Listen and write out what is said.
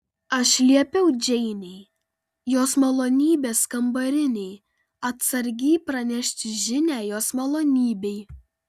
aš liepiau džeinei jos malonybės kambarinei atsargiai pranešti žinią jos malonybei